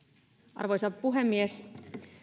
arvoisa puhemies